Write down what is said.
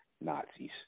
Nazis